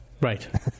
Right